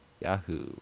Yahoo